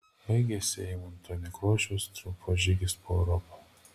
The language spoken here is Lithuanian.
baigėsi eimunto nekrošiaus triumfo žygis po europą